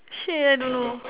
shit I don't know